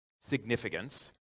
significance